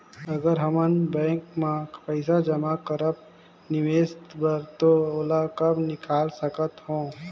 अगर हमन बैंक म पइसा जमा करब निवेश बर तो ओला कब निकाल सकत हो?